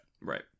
Right